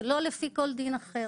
שלא לפי כל דין אחר,